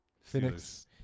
Phoenix